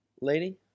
Lady